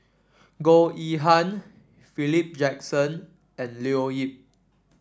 Goh Yihan Philip Jackson and Leo Yip